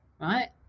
Right